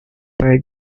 par